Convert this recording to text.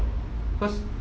cause